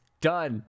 Done